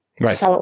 Right